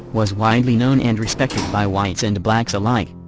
was widely known and respected by whites and blacks alike.